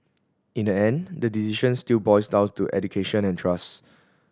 in the end the decision still boils down to education and trust